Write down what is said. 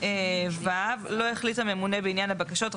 "(ו) לא החליט הממונה בעניין הבקשות,